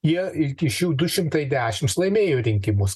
jie iki šių du šimtai dešims laimėjo rinkimus